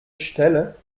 stelle